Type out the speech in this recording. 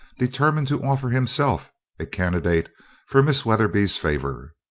determined to offer himself a candidate for miss weatherby's favour.